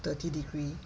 thirty degree